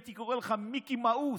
הייתי קורא לך מיקי מאוס.